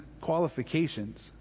qualifications